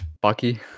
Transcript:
Bucky